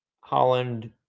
Holland